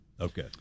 Okay